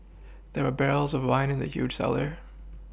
there were barrels of wine in the huge cellar